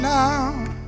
now